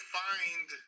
find